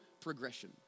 progression